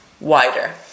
wider